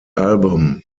album